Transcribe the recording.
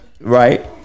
right